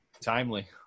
timely